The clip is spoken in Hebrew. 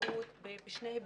מהמציאות בשני היבטים: